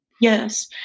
Yes